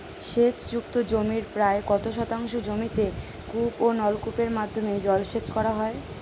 সেচ যুক্ত জমির প্রায় কত শতাংশ জমিতে কূপ ও নলকূপের মাধ্যমে জলসেচ করা হয়?